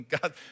God